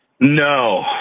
No